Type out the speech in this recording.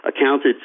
accounted